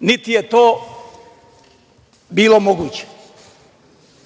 niti je to bilo moguće. Dame